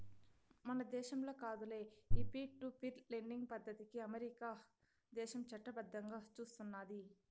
మన దేశంల కాదులే, ఈ పీర్ టు పీర్ లెండింగ్ పద్దతికి అమెరికా దేశం చట్టబద్దంగా సూస్తున్నాది